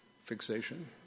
fixation